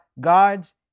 God's